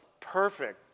Perfect